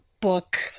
book